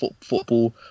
football